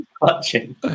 clutching